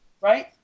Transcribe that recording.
Right